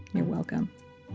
you're welcome.